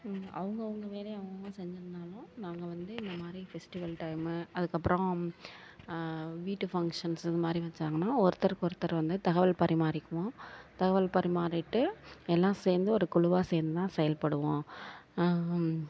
அவங்க அவங்க வேலையை அவங்க அவங்க செஞ்சு இருந்தாலும் நாங்கள் வந்து இந்தமாதிரி ஃபெஸ்டிவல் டைமு அதுக்கு அப்புறம் வீட்டு ஃபங்க்ஷன்ஸ் இதுமாதிரி வச்சாங்கன்னா ஒருத்தருக்கு ஒருத்தர் வந்து தகவல் பரிமாறிக்குவோம் தகவல் பரிமாறிகிட்டு எல்லாம் சேர்ந்து ஒரு குழுவா சேர்ந்துதான் செயல்படுவோம்